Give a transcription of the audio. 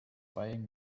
buying